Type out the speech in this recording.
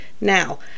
Now